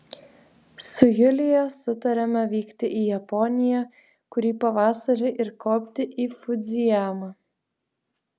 su julija sutarėme vykti į japoniją kurį pavasarį ir kopti į fudzijamą